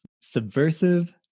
Subversive